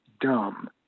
dumb